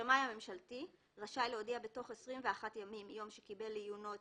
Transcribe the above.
השמאי הממשלתי רשאי להודיע בתוך 21 ימים מיום שקיבל לעיונו את